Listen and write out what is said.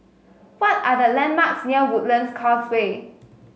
what are the landmarks near Woodlands Causeway